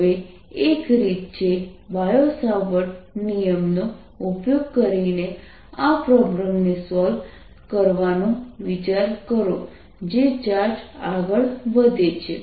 હવે એક રીત છે બાયો સાવર્ટ નિયમનો ઉપયોગ કરીને આ પ્રોબ્લેમને સોલ્વ કરવાનો વિચાર કરો જે ચાર્જ આગળ વધે છે